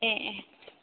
ꯑꯦ ꯑꯦ